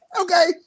Okay